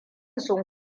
sun